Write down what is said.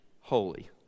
holy